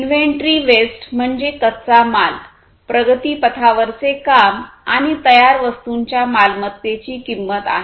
inventory waste म्हणजे कच्चा माल प्रगतीपथावरचे काम आणि तयार वस्तूंच्या मालमत्तेची किंमत आहे